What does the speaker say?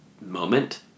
moment